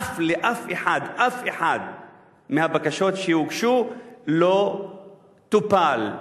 אף אחת מהבקשות שהוגשו לא טופלה.